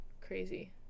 crazy